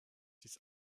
dies